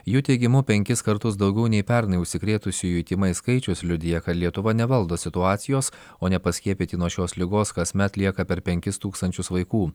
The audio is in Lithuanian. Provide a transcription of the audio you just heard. jų teigimu penkis kartus daugiau nei pernai užsikrėtusiųjų tymais skaičius liudija kad lietuva nevaldo situacijos o nepaskiepyti nuo šios ligos kasmet lieka per penkis tūkstančius vaikų